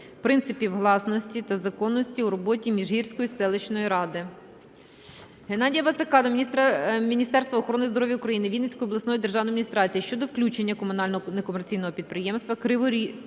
принципів гласності та законності в роботі Міжгірської селищної ради. Геннадія Вацака до Міністерства охорони здоров'я України, Вінницької обласної державної адміністрації щодо включення комунального некомерційного підприємства "Крижопільська